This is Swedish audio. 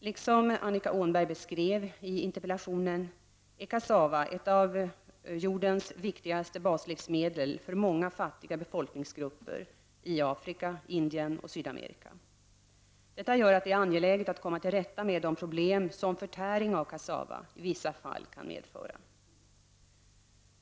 Liksom Annika Åhnberg beskrev i interpellationen är kassava ett av jordens viktigaste baslivsmedel för många fattiga befolkningsgrupper i Afrika, Indien och Sydamerika. Detta gör att det är angeläget att komma till rätta med de problem som förtäring av kassava i vissa fall kan medföra.